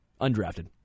Undrafted